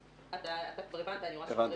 אני רואה שכבר הבנת את השאלה.